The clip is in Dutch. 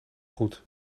goed